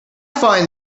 find